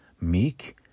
meek